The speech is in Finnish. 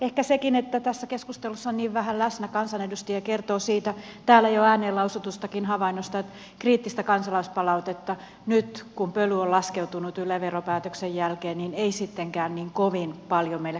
ehkä sekin että tässä keskustelussa on läsnä niin vähän kansanedustajia kertoo siitä täällä jo ääneen lausutustakin havainnosta että kriittistä kansalaispalautetta nyt kun pöly on laskeutunut yle veropäätöksen jälkeen ei sittenkään niin kovin paljon meille kansanedustajille tule